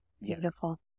Beautiful